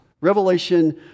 Revelation